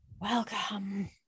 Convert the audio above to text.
welcome